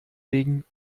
wegen